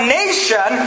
nation